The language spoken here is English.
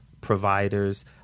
providers